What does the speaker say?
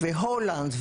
הולנד,